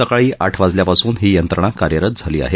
सकाळी आठ वाजल्यापासून ही यंत्रणा कार्यरत झाली आहे